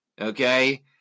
Okay